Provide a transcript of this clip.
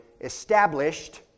established